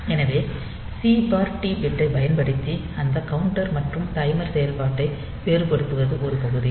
எனவே C D பிட்டைப் பயன்படுத்தி அந்த கவுண்டர் மற்றும் டைமர் செயல்பாட்டை வேறுபடுத்துவ்து ஒரு பகுதி